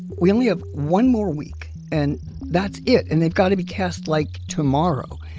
we only have one more week and that's it. and they've got to be cast like tomorrow.